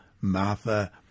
Martha